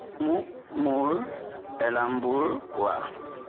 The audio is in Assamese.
মোক মোৰ এলাৰ্মবোৰ কোৱা